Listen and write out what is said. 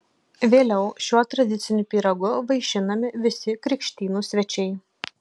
vėliau šiuo tradiciniu pyragu vaišinami visi krikštynų svečiai